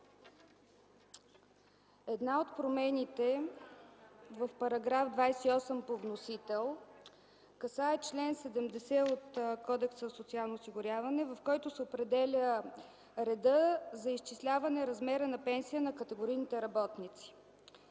една от промените в § 28 по вносител касае чл. 70 от Кодекса за социално осигуряване, в който се определя редът за изчисляване размера на пенсията на категорийните работници.